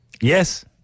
Yes